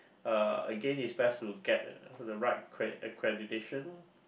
uh again it's best to get the right accreditation